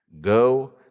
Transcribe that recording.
Go